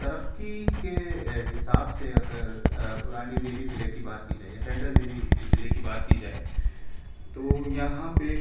ترقی کے حساب سے اگر پرانی دہلی ضلعہ کی بات کی جائے یا سینٹرل دہلی ضلع کی بات کی جائے تو یہاں پہ